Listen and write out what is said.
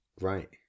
right